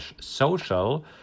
social